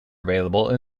available